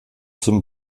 zum